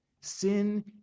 Sin